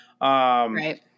Right